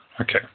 Okay